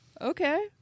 Okay